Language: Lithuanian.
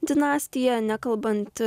dinastija nekalbant